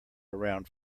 around